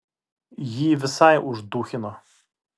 jį visai užduchino